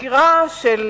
מסקירה של